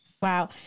Wow